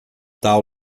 tal